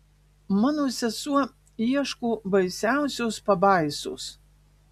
mano sesuo ieško baisiausios pabaisos